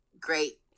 great